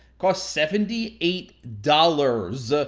costs seventy eight dollars, ah